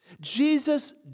Jesus